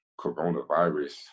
coronavirus